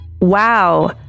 Wow